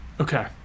Okay